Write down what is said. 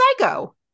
psycho